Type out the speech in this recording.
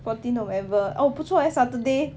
fourteen november oh 不错 leh saturday